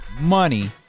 money